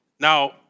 Now